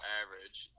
average